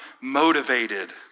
motivated